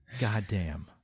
Goddamn